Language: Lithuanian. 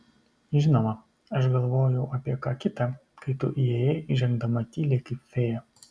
žinoma aš galvojau apie ką kita kai tu įėjai žengdama tyliai kaip fėja